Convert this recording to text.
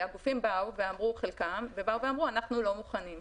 הגופים אמרו, אנחנו לא מוכנים.